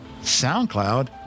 SoundCloud